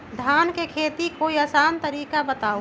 धान के खेती के कोई आसान तरिका बताउ?